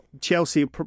Chelsea